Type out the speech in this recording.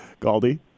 Galdi